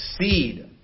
seed